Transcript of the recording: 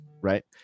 right